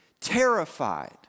terrified